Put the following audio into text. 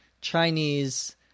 Chinese